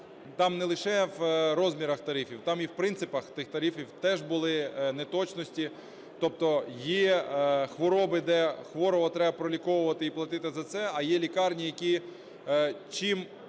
там не лише в розмірах тарифів, там і в принципах тих тарифів теж були неточності. Тобто є хвороби, де хворого треба проліковувати і платити за це, а є лікарні, які, чим